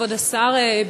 כבוד השר,